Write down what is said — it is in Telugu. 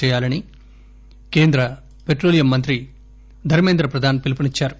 చేయాలని కేంద్ర పెట్రోలియం మంత్రి ధర్మేంద్ర ప్రధాన్ పిలుపునిచ్చారు